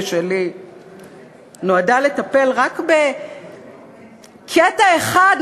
ושלי נועדה לטפל רק במקטע אחד,